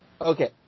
Okay